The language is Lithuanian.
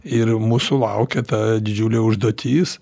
ir mūsų laukia ta didžiulė užduotis